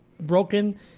broken